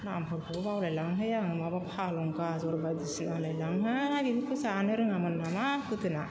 नामफोरखौबो बावलायलाङोहाय आं माबा फालें गाजर बायदिसिना होनलायलाङोहाय बेफोरखौ जानो रोङामोन नामा गोदो ना